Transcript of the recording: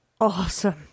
awesome